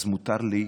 אז מותר לי.